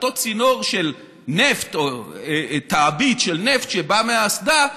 אותו צינור של תעבית של נפט שבאה מהאסדה,